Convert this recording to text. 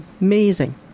Amazing